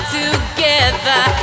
together